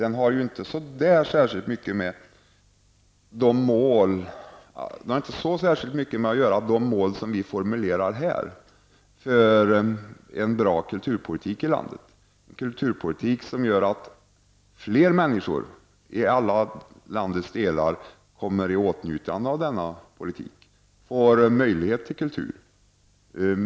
Utvärderingen har inte så där särskilt mycket att göra med de mål som vi formulerar här för en bra kulturpolitik i landet, en politik som gör att fler människor i alla landets delar får del av kulturen.